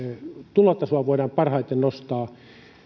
tulotasoa voidaan parhaiten nostaa